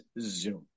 zoom